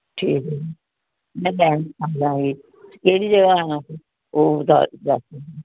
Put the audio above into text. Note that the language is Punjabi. ਠੀਕ ਆ ਜੀ ਨਹੀਂ ਮੈਂ ਨਹੀਂ ਆਪਣਾ ਇਹ ਇਹ ਦੀ ਜਗ੍ਹਾ ਉਹਦਾ